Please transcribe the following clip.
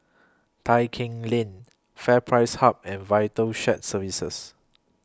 Tai Keng Lane FairPrice Hub and Vital Shared Services